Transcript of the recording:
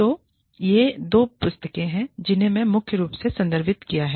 तो ये दो पुस्तकें हैं जिन्हें मैंने मुख्य रूप से संदर्भित किया है